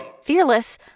Fearless